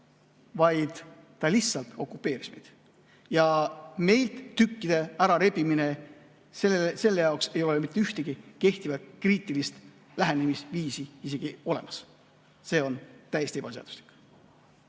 vaid ta lihtsalt okupeeris meid. Ja meilt tükkide ärarebimine – sellele ei ole mitte ühtegi kehtivat kriitilist lähenemisviisi olemas. See on täiesti ebaseaduslik.